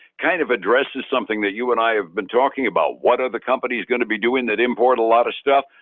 kind of addresses something that you and i have been talking about what are the companies going to be doing that import a lot of stuff?